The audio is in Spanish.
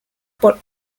por